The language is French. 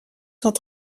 sont